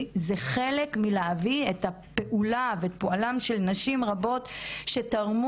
זה חלק מלהביא את הפעולה ואת פועלן של נשים רבות שתרמו